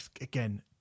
again